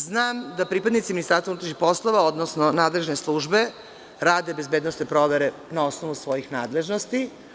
Znam da pripadnici Ministarstva unutrašnjih poslova, odnosno nadležne službe rade bezbednosne provere na osnovu svojih nadležnosti.